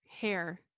hair